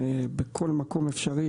בכל מקום אפשרי,